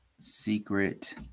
Secret